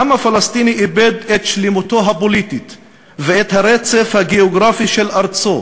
העם הפלסטיני איבד את שלמותו הפוליטית ואת הרצף הגיאוגרפי של ארצו,